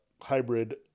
hybrid